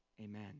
Amen